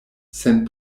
sen